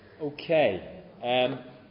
Okay